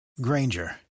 Granger